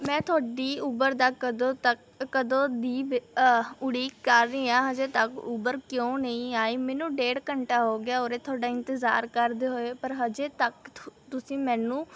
ਮੈਂ ਤੁਹਾਡੀ ਊਬਰ ਦਾ ਕਦੋਂ ਤੱਕ ਕਦੋਂ ਦੀ ਉਡੀਕ ਕਰ ਰਹੀ ਹਾਂ ਹਜੇ ਤੱਕ ਊਬਰ ਕਿਉਂ ਨਹੀਂ ਆਈ ਮੈਨੂੰ ਡੇਢ ਘੰਟਾ ਹੋ ਗਿਆ ਉਰੇ ਤੁਹਾਡਾ ਇੰਤਜ਼ਾਰ ਕਰਦੇ ਹੋਏ ਪਰ ਹਜੇ ਤੱਕ ਤੁਸੀਂ ਮੈਨੂੰ